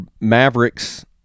Mavericks